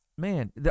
Man